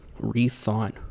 rethought